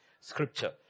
scripture